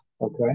Okay